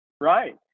Right